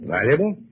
Valuable